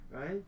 right